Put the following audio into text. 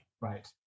Right